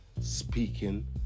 speaking